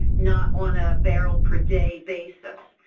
not on a barrel per day basis.